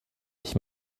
ich